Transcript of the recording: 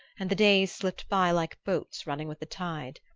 and the days slipped by like boats running with the tide.